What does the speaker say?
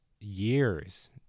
Years